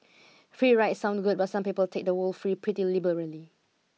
free rides sound good but some people take the word free pretty liberally